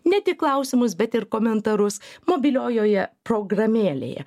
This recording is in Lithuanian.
ne tik klausimus bet ir komentarus mobiliojoje programėlėje